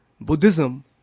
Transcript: Buddhism